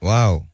Wow